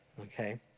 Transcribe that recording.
okay